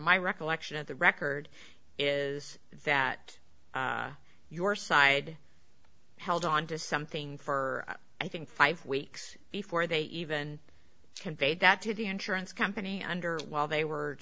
my recollection of the record is that your side held on to something for i think five weeks before they even conveyed that to the insurance company under while they were